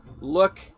look